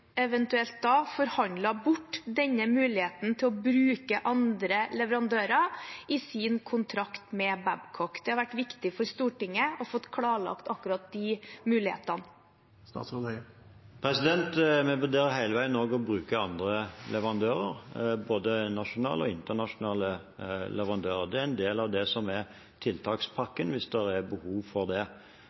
eventuelt forhandlet bort muligheten til å bruke andre leverandører i sin kontrakt med Babcock? Det hadde vært viktig for Stortinget å få klarlagt akkurat de mulighetene. Vi vurderer hele veien også å bruke andre leverandører, både nasjonale og internasjonale leverandører. Det er en del av det som er tiltakspakken, hvis det er behov for det.